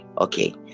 Okay